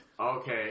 Okay